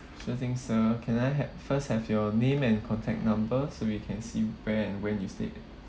sure thing sir can I ha~ first have your name and contact number so we can see where and when you stayed